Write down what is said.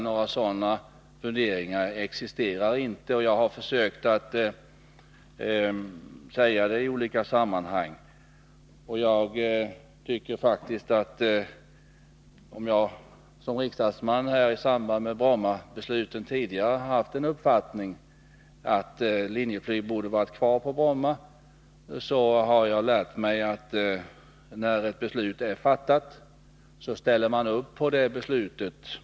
Några sådana funderingar existerar inte, och jag har försökt att säga det i olika sammanhang. Om jag som riksdagsman i samband med Brommabeslutet tidigare har haft uppfattningen att Linjeflyg borde ha varit kvar på Bromma, har jag lärt mig att när ett beslut är fattat ställer man upp för det beslutet.